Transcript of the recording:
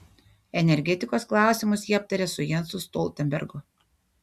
energetikos klausimus ji aptarė su jensu stoltenbergu